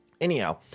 Anyhow